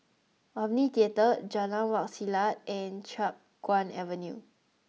Omni Theatre Jalan Wak Selat and Chiap Guan Avenue